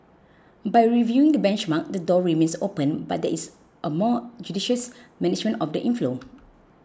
by reviewing the benchmark the door remains open but there is a more judicious management of the inflow